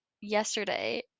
yesterday